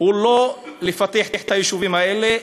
הוא לא לפתח את היישובים האלה,